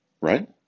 right